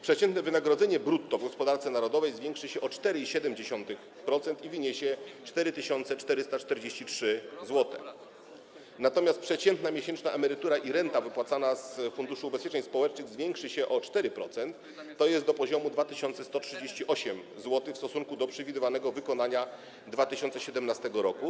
Przeciętne wynagrodzenie brutto w gospodarce narodowej zwiększy się o 4,7% i wyniesie 4443 zł, natomiast przeciętne miesięczne emerytury i renty wypłacane z Funduszu Ubezpieczeń Społecznych zwiększą się o 4%, tj. do poziomu 2138 zł, w stosunku do przewidywanego wykonania 2017 r.